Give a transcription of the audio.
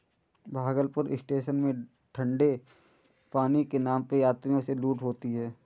Bhagalpur station में ठंडे पानी के नाम पे यात्रियों से लूट होती है